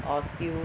or steal